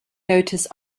notice